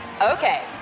Okay